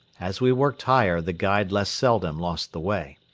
as we worked higher the guide less seldom lost the way.